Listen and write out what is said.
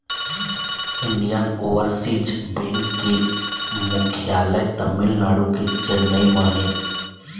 Indian Overseas bank के मुख्यालय तमिलनाडु के चेन्नई म हे